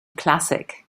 classic